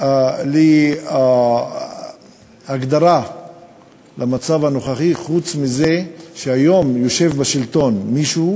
לי הגדרה למצב הנוכחי חוץ מזה שהיום יושב בשלטון מישהו